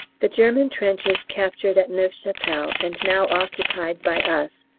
the german trenches captured at neuve chapelle, and now occupied by us,